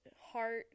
heart